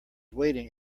waiting